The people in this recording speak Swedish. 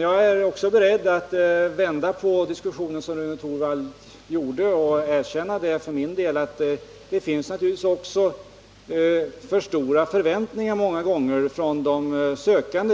Jag är också beredd att ändra på diskussionen, som Rune Torwald gjorde, och erkänna att de sökande också många gånger har för stora förväntningar